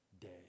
day